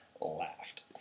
laughed